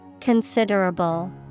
Considerable